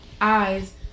eyes